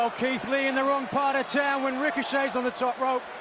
ah keith lee in the wrong part of town when ricochet's on the top rope.